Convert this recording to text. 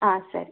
ಹಾಂ ಸರಿ